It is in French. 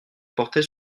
portait